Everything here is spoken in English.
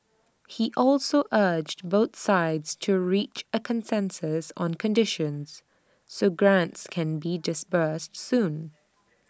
he also urged both sides to reach A consensus on conditions so grants can be disbursed soon